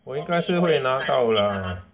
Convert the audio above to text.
我应该是会拿到 lah